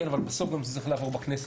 כן, אבל בסוף גם זה צריך לעבור בכנסת.